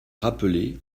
rappelé